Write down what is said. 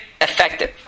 effective